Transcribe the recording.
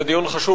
זה דיון חשוב,